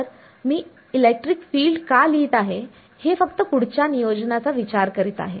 तर मी electric field का लिहित आहे हे फक्त पुढच्या नियोजनाचा विचार करीत आहे